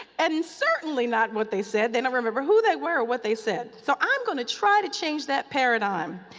and and certainly, not what they said they don't remember who they were or what they said. so i'm going to try to change that paradigm.